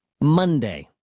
Monday